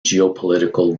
geopolitical